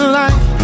life